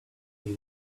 deal